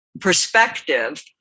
perspective